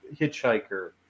hitchhiker